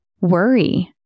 worry